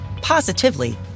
positively